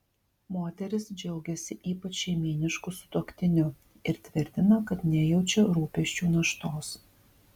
moteris džiaugiasi ypač šeimynišku sutuoktiniu ir tvirtina kad nejaučia rūpesčių naštos